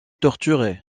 torturé